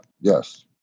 yes